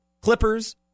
Clippers